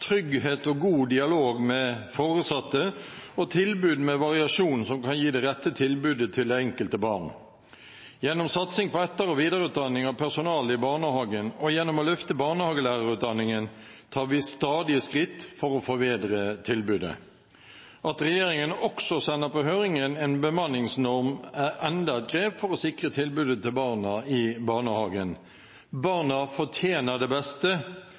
trygghet og god dialog med foresatte og tilbud med variasjon som kan gi det rette tilbudet til det enkelte barn. Gjennom satsing på etter- og videreutdanning av personalet i barnehagen, og gjennom å løfte barnehagelærerutdanningen, tar vi stadige skritt for å forbedre tilbudet. At regjeringen også sender på høring en bemanningsnorm, er enda et grep for å sikre tilbudet til barna i barnehagen. Barna fortjener det beste.